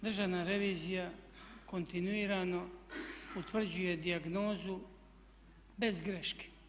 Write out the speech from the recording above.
Državna revizija kontinuirano utvrđuje dijagnozu bez greške.